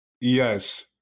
Yes